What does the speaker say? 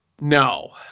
no